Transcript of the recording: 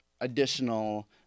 additional